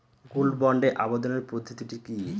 Gold বন্ডে আবেদনের পদ্ধতিটি কি?